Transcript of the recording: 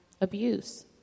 abuse